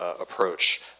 approach